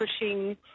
pushing